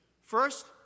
First